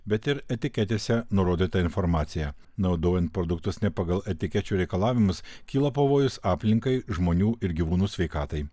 bet ir etiketėse nurodyta informacija naudojant produktus ne pagal etikečių reikalavimus kyla pavojus aplinkai žmonių ir gyvūnų sveikatai